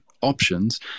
options